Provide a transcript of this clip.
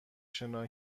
شنا